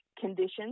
conditions